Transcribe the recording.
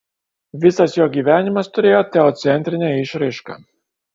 visas jo gyvenimas turėjo teocentrinę išraišką